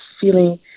feeling